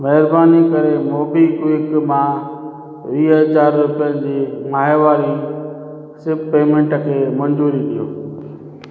महिरबानी करे मोबीक्विक मां ॿ वीह हज़ार रुपियनि जी माहवारी एस आई पी पेमेंट खे मंज़ूरी ॾियो